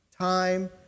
time